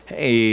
Hey